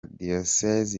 diyosezi